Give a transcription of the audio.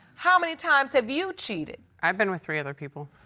how many times have you cheated? i've been with three other people.